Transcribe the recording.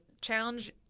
challenge